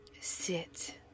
Sit